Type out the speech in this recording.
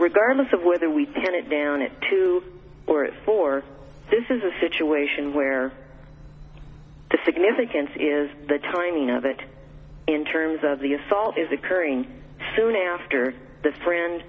regardless of whether we pan it down it too or it for this is a situation where the significance is the timing of it in terms of the assault is occurring soon after the friend